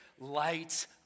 lights